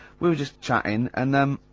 we were just chattin', and um,